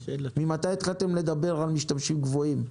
ממתי התחלתם לדבר על משתמשים קבועים?